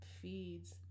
feeds